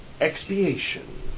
Expiation